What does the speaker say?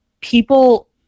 People